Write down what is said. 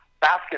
basket